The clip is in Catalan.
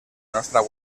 nostra